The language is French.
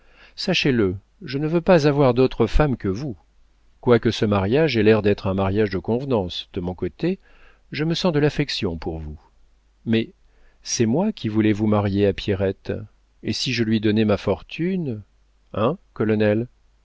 sachez-le je ne veux pas avoir d'autre femme que vous quoique ce mariage ait l'air d'être un mariage de convenance de mon côté je me sens de l'affection pour vous mais c'est moi qui voulais vous marier à pierrette et si je lui donnais ma fortune hein colonel